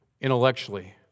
intellectually